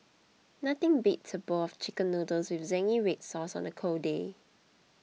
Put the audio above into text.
nothing beats a bowl of Chicken Noodles with Zingy Red Sauce on a cold day